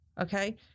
Okay